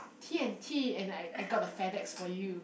t_n_t and I I got the Fedex for you